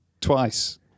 Twice